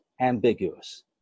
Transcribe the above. ambiguous